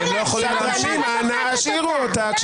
סדרנים, אנא, השאירו אותה.